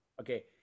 okay